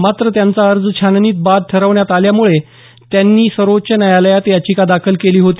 मात्र त्यांचा अर्ज छाननीत बाद ठरवण्यात आल्यामुळे त्यांनी सर्वोच्च न्यायालयात याचिका दाखल केली होती